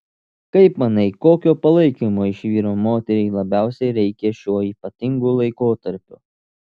kaip manai kokio palaikymo iš vyro moteriai labiausiai reikia šiuo ypatingu laikotarpiu